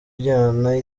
ijyana